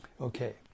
okay